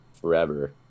forever